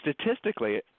statistically